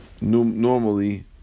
normally